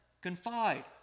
Confide